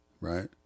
right